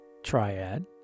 triad